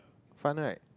fun right